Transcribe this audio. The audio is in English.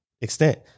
extent